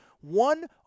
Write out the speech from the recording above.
One